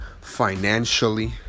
financially